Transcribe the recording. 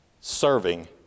serving